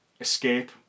escape